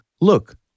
look